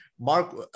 Mark